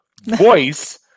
voice